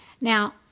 Now